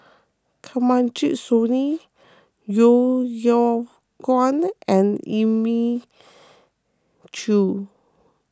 Kanwaljit Soin Yeo Yeow Kwang and Elim Chew